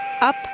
up